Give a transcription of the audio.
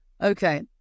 Okay